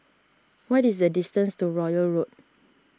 what is the distance to Royal Road